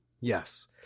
Yes